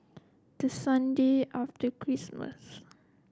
the Sunday after Christmas